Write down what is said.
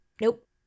Nope